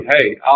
hey